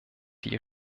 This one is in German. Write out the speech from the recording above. die